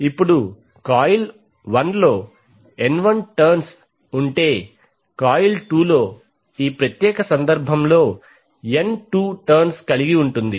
ఇప్పుడు కాయిల్ 1 లో N1 turns ఉంటే కాయిల్ 2 లో ఈ ప్రత్యేక సందర్భంలో N2 టర్న్స్ కలిగి ఉంటుంది